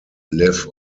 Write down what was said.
live